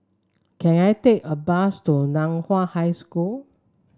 can I take a bus to Nan Hua High School